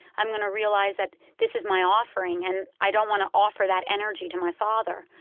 i'm going to realize that this is my offering, and i don't want to offer that energy to my father.